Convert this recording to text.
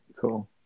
Cool